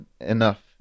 enough